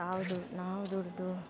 ನಾವು ದುಡಿದು